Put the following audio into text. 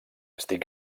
estic